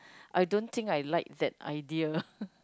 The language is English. I don't think I like that idea